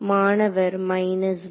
மாணவர் மைனஸ் 1